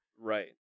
Right